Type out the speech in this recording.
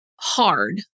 hard